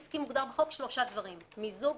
הגבל עסקי מוגדר בחוק שלושה דברים: מיזוג,